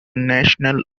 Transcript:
national